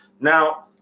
Now